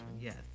yes